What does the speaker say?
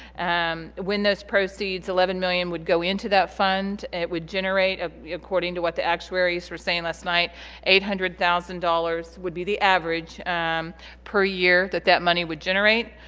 um when those proceeds eleven million would go into that fund it would generate ah according to what the actuaries were saying last night eight hundred thousand dollars would be the average per year that that money would generate.